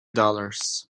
dollars